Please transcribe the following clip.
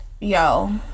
yo